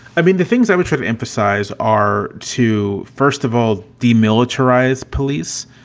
i mean, the things that we try to emphasize are to, first of all, demilitarize police,